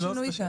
איפה השינוי?